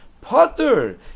Potter